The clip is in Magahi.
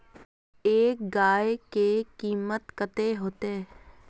एक गाय के कीमत कते होते?